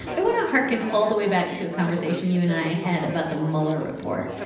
i want to harken all the way back to a conversation you and and i had about the mueller report,